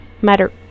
Matter